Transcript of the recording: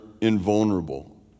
invulnerable